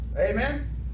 Amen